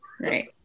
Right